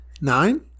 Nine